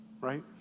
right